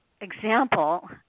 example